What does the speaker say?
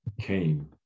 came